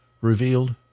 revealed